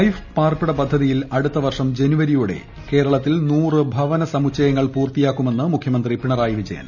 life പാർപ്പിട പദ്ധതിയിൽ അടുത്ത വർഷം ജനുവരിയോടെ കേരളത്തിൽ നൂറ് ഭവന സ്മുച്ചയങ്ങൾ പൂർത്തിയാക്കുമെന്ന് മുഖൃമന്ത്രി പിണറായി വിജയൻ